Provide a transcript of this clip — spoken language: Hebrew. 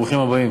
ברוכים הבאים.